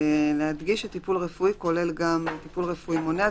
להדגיש שטיפול רפואי כולל גם "טיפול רפואי מונע,